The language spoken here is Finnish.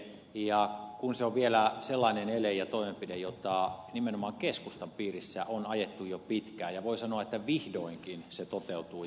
ja kun se on vielä sellainen ele ja toimenpide jota nimenomaan keskustan piirissä on ajettu jo pitkään voi sanoa että vihdoinkin se toteutuu